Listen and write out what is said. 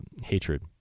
hatred